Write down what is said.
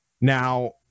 Now